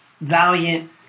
Valiant